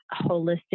holistic